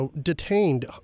detained